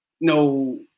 no